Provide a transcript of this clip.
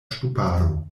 ŝtuparo